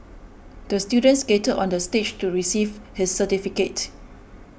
the student skated on the stage to receive his certificate